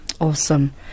Awesome